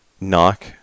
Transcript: knock